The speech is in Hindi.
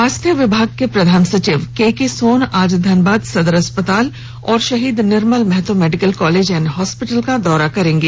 स्वास्थ्य विभाग के प्रधान सचिव केके सोन आज धनबाद सदर अस्पताल और शहीद Nirmal Mahato medical college and hospital का दौरा करेंगे